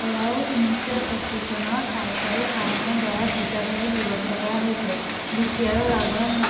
কৰাও ঊনৈশ এষষ্টি চনৰ আয়কৰী আইনৰদ্বাৰা দুটা ভাগত বিভক্ত কৰা হৈছে বিক্ৰী আৰু লাভৰ